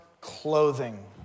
clothing